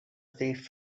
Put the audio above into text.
thief